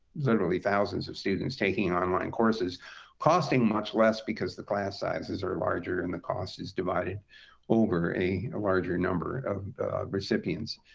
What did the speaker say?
literally thousands of students taking online courses costing much less because the class sizes are larger and the cost is divided over a larger number of recipients.